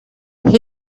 here